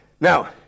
Now